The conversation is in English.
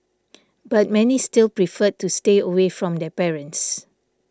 but many still preferred to stay away from their parents